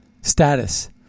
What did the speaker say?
status